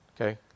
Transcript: okay